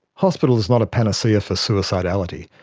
hospital is not a panacea for suicidality.